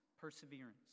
perseverance